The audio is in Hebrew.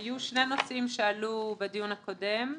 היו שני נושאים שעלו בדיון הקודם,